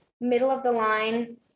middle-of-the-line